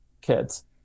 kids